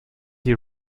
die